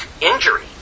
injury